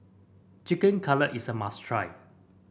Chicken Cutlet is a must try